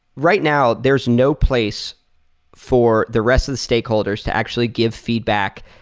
right now, there's no place for the rest of the stakeholders to actually give feedback,